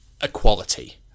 equality